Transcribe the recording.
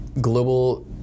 Global